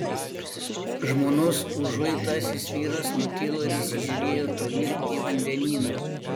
žmonos užuitasis vyras nutilo ir įsižiūrėjo tolyn į vandenyną